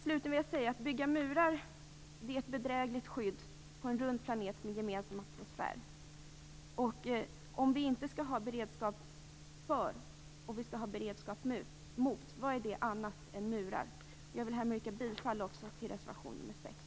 Slutligen vill jag säga att det är ett bedrägligt skydd att bygga murar på en rund planet med en gemensam atmosfär. Om vi inte skall ha en beredskap "för" utan en beredskap "mot" undrar jag vad det är annat än murar. Jag vill härmed yrka bifall till reservation nr 6.